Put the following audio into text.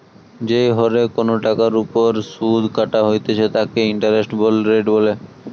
যেই হরে কোনো টাকার ওপর শুধ কাটা হইতেছে তাকে ইন্টারেস্ট রেট বলে